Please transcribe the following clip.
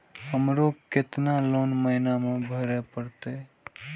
हमरो केतना लोन महीना में भरे परतें?